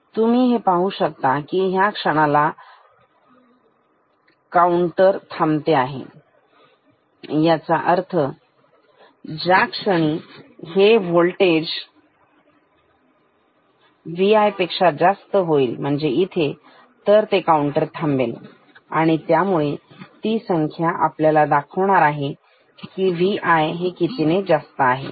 आणि तुम्ही हे ही पाहू शकता की ह्या क्षणाला काउंटर थांबते ह्याचा अर्थ ज्या क्षणी हे व्होल्टेज Vi पेक्षा जास्त आहे इथे काउंटर थांबत आहे आणि त्यामुळे ती संख्या आपल्या ला दाखवणार आहे की Vi कितीने जास्त आहे